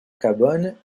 cabane